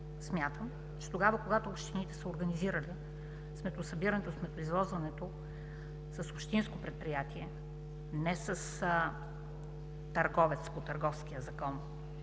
смятам, че когато общините са организирали сметосъбирането и сметоизвозването с общинско предприятия, не с търговец по Търговския закон,